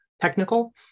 technical